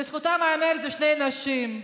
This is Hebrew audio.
לזכותן של שתי נשים,